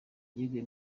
yaguye